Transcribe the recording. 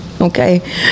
okay